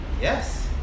yes